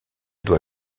doit